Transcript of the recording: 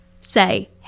Say